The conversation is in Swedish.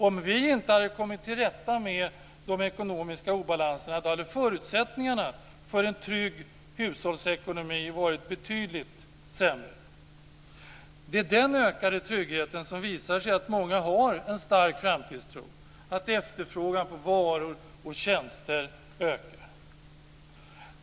Om vi inte hade kommit till rätta med de ekonomiska obalanserna hade förutsättningarna för en trygg hushållsekonomi varit betydligt sämre. Det är den ökade trygghet som visar sig i att många har en stark framtidstro och att efterfrågan på varor och tjänster ökar.